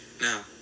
Now